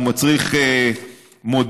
הוא מצריך מודיעין,